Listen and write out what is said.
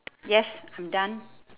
yes I'm done